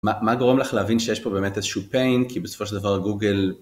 מה גורם לך להבין שיש פה באמת איזשהו pain, כי בסופו של דבר גוגל...